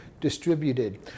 distributed